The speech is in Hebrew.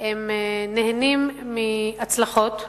הם נהנים מהצלחות,